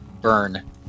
burn